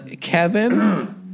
Kevin